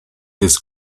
his